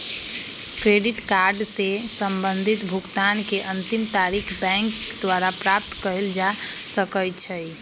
credit card से संबंधित भुगतान के अंतिम तारिख बैंक द्वारा प्राप्त कयल जा सकइ छइ